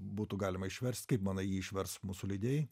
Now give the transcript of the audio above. būtų galima išverst kaip manai jį išvers mūsų leidėjai